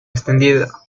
extendida